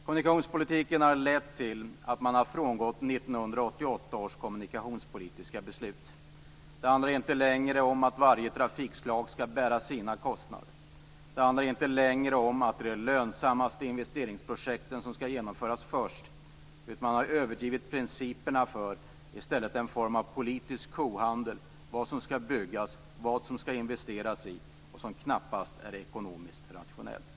Kommunikationspolitiken har lett till att man frångått 1988 års kommunikationspolitiska beslut. Det handlar inte längre om att varje trafikslag skall bära sina kostnader. Det handlar inte längre om att de lönsammaste investeringsprojekten skall genomföras först. I stället har man överdrivit principerna för en form av politisk kohandel, vad som skall byggas och vad som skall investeras i, något som knappast är ekonomiskt rationellt.